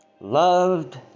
loved